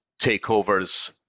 takeovers